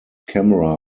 camera